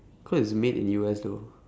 cause it's made in U_S though